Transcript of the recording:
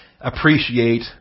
appreciate